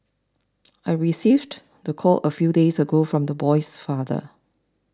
I received the call a few days ago from the boy's father